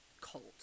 cold